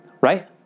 Right